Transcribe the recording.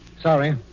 Sorry